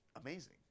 amazing